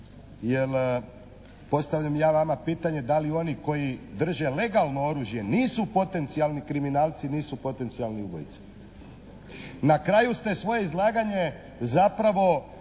jer postavljam ja vama pitanje da li oni koji drže legalno oružje nisu potencijalni kriminalci, nisu potencijalni ubojice. Na kraju ste svoje izlaganje zapravo